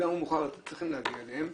שבמוקדם או במאוחר צריכים להגיע אליהן,